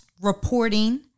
reporting